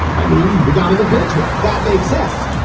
i mean we got to look into it. that makes sense.